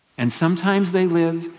and sometimes they live,